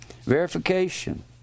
verification